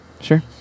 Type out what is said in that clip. sure